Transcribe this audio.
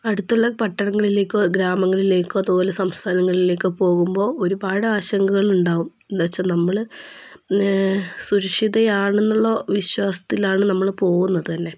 അടുത്തുള്ള പട്ടണങ്ങളിലേക്കോ ഗ്രാമങ്ങളിലേക്കോ അതുപോലെ സംസ്ഥാനങ്ങളിലേക്കോ പോകുമ്പോൾ ഒരുപാട് ആശങ്കകൾ ഉണ്ടാവും എന്നു വച്ചാൽ നമ്മൾ സുരക്ഷിതയാണെന്നുള്ള വിശ്വാസത്തിലാണ് നമ്മൾ പോകുന്നത് അല്ലെ